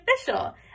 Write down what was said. official